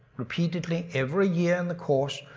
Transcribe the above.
repeatedly every year in the course,